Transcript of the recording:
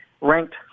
ranked